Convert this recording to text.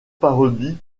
parodie